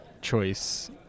choice